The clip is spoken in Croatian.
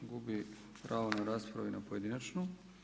Gubi pravo na rasprave i na pojedinačnu.